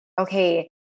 okay